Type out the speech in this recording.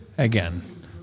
Again